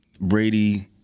Brady